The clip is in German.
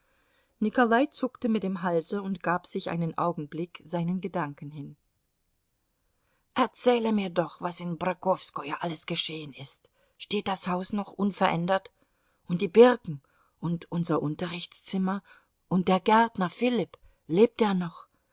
nikolai zuckte mit dem halse und gab sich einen augenblick seinen gedanken hin erzähle mir doch was in pokrowskoje alles geschehen ist steht das haus noch unverändert und die birken und unser unterrichtszimmer und der gärtner filipp lebt der noch